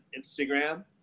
Instagram